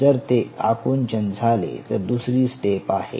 जर ते आकुंचन झाले तर दुसरी स्टेप आहे